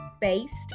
based